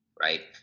right